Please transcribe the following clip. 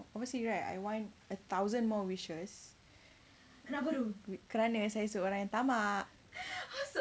honestly right I want a thousand more wishes kerana saya seorang yang tamak